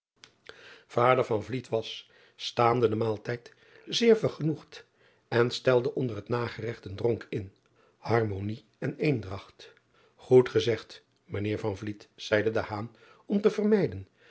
ader was staande den maaltijd zeer vergenoegd en stelde onder het nageregt een dronk in armonie en endragt oed gezegd mijn eer zeide om te vermijden